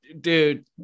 dude